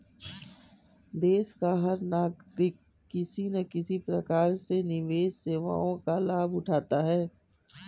देश का हर नागरिक किसी न किसी प्रकार से निवेश सेवाओं का लाभ उठाता है